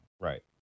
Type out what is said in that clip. Right